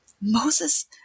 Moses